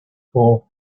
hole